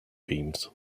beams